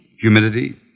humidity